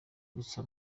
gusa